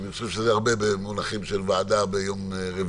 ואני חושב שזה הרבה במונחים של ועדה ביום רביעי.